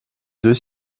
deux